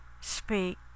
speak